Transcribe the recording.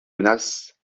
menace